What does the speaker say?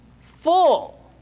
full